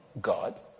God